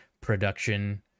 production